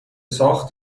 ساخت